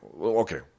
Okay